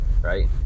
right